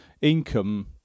income